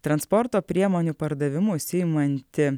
transporto priemonių pardavimu užsiimanti